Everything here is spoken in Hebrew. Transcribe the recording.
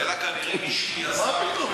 אלא כנראה מישהו יזם את זה.